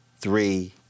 three